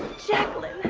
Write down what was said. jacqueline.